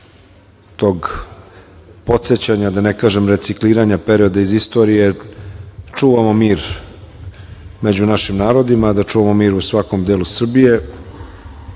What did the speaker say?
da ne kažem recikliranja perioda iz istorije, čuvamo mir među našim narodima, da čuvamo mir u svakom delu Srbije